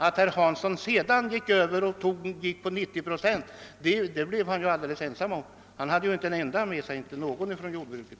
När herr Hansson sedan gick över till att förorda 90-procentig självförsörjning, blev han alldeles ensam om det. Han hade inte någon från jordbruket med sig på den linjen.